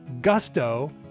Gusto